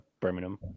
Birmingham